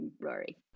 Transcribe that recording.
Rory